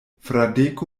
fradeko